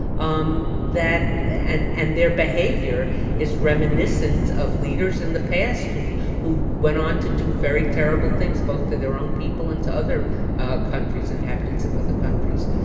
um that and and their behavior is reminiscent of leaders in the past who who went on to do very terrible things both to their own people and to other ah countries, inhabitants of other countries,